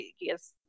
Yes